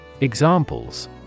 Examples